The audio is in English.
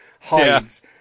hides